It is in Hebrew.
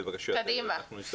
בבקשה.